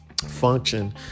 function